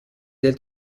del